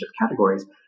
categories